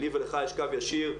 לי ולך יש קו ישיר,